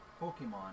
Pokemon